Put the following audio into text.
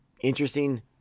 interesting